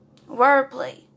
Wordplay